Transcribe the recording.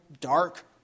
dark